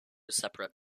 separate